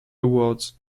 awards